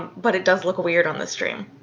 but it does look weird on the stream.